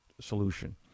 solution